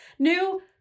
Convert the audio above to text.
New